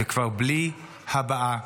וכבר בלי הבעה,